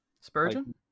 Spurgeon